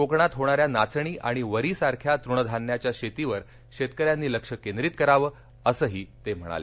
कोकणात होणाऱ्या नाचणी आणि वरीसारख्या तृणधान्याच्या शेतीवर शेतकऱ्यांनी लक्ष केंद्रित करावं असंही ते म्हणाले